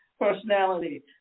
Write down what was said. personality